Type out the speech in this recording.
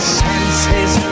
senses